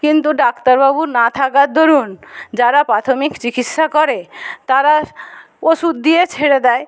কিন্তু ডাক্তারবাবু না থাকার দরুণ যারা প্রাথমিক চিকিৎসা করে তারা ওষুধ দিয়ে ছেড়ে দেয়